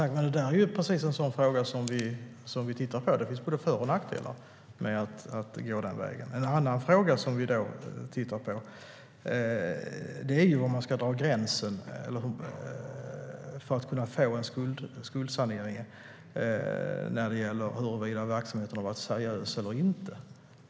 Herr talman! Det är precis en sådan fråga som vi tittar på. Det finns både för och nackdelar med att gå den vägen. En annan fråga som vi tittar på är var man ska dra gränsen för att någon ska kunna få en skuldsanering när det gäller huruvida verksamheten har varit seriös eller inte.